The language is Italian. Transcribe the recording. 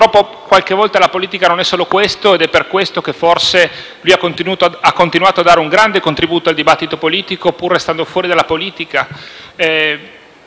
Purtroppo, qualche volta la politica non è solo questo ed è per questo che forse ha continuato a dare un grande contributo al dibattito politico, pur restando fuori dalla politica.